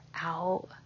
out